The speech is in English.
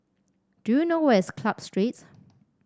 do you know where is Club Street